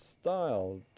style